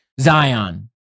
Zion